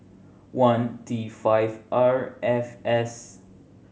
one T five R F S